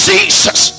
Jesus